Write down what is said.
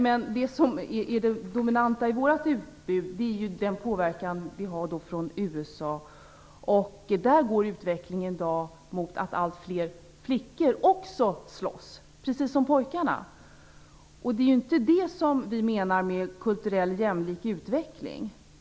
Men det som är det dominerande i vårt utbud är USA:s påverkan, och i USA går utvecklingen i dag mot att allt fler flickor också slåss, precis som pojkarna. Det är ju inte det som vi menar med jämlik kulturell utveckling.